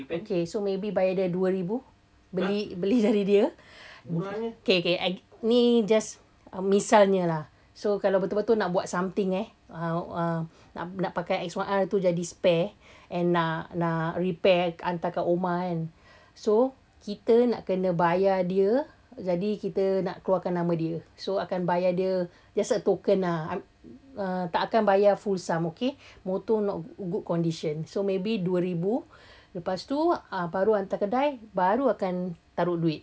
okay so maybe bayar dia dua ribu beli beli dari dia okay okay ni just misalnya lah so kalau betul-betul nak buat something eh uh uh nak pakai X one R tu jadi spare and nak nak repair hantar kat rumah kan so kita nak kena bayar dia jadi kita nak keluarkan nama dia so akan bayar dia just like token ah I takkan bayar full sum okay motor not good condition so maybe dua ribu lepas tu uh baru hantar kedai baru akan taruh duit